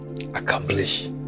accomplish